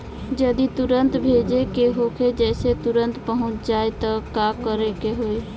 जदि तुरन्त भेजे के होखे जैसे तुरंत पहुँच जाए त का करे के होई?